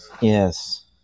Yes